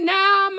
now